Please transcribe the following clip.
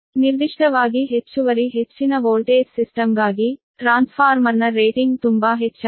ನಿರ್ದಿಷ್ಟವಾಗಿ ಹೆಚ್ಚುವರಿ ಹೆಚ್ಚಿನ ವೋಲ್ಟೇಜ್ ಸಿಸ್ಟಮ್ಗಾಗಿ ಟ್ರಾನ್ಸ್ಫಾರ್ಮರ್ನ ರೇಟಿಂಗ್ ತುಂಬಾ ಹೆಚ್ಚಾಗಿದೆ